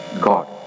God